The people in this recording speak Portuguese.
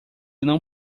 não